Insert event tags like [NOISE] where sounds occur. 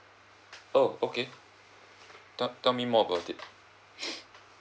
oh okay te~ tell me more about it [BREATH]